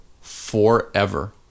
forever